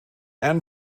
and